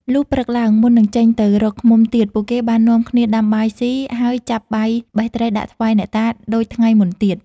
លុះព្រឹកឡើង មុននឹងចេញទៅរកឃ្មុំទៀត ពួកគេបាននាំគ្នាដាំបាយស៊ី ហើយចាប់បាយបេះត្រីដាក់ថ្វាយអ្នកតាដូចថ្ងៃមុនទៀត។